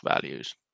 values